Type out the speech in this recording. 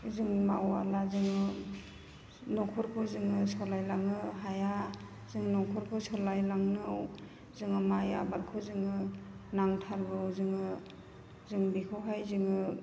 जों मावाब्ला जोङो न'खरखौ जोङो सालाय लांनो हाया जों न'खरखौ सालाय लांनायाव जोङो माइ आबादखौ जोङो नांथारगौ जोंनो जों बेखौहाय जोङो